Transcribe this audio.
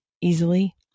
easily